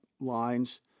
lines